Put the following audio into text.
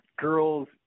Girls